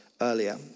earlier